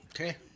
Okay